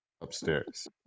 upstairs